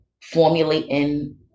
formulating